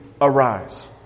arise